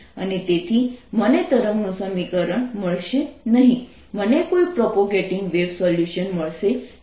અને તેથી મને તરંગનું સમીકરણ મળશે નહીં મને કોઈ પ્રોપેગેટિવ વેવ સોલ્યુશન મળશે નહીં